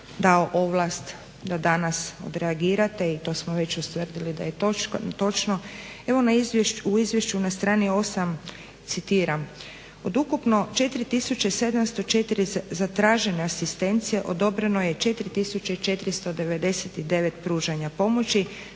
dao ovlast da danas odreagirate i to smo već ustvrdili da je točno. U izvješću na strani 8 citiram: od ukupno 4704 zatražene asistencije odobreno je 4499 pružanja pomoći,